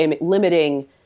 limiting